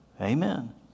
Amen